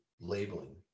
labeling